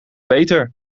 beter